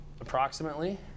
approximately